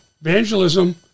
evangelism